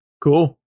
cool